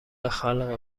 خلق